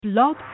Blog